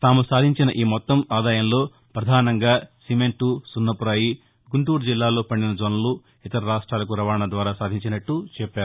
తాము సాధించిన ఈ మొత్తం ఆదాయం లో పధానంగా సిమెంట్ సున్నపురాయిగుంటూరు జిల్లాలో పండిన జొన్నలు ఇతర రాష్ట్లకు రవాణా ద్వారా సాధించినట్లు చెప్పారు